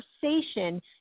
conversation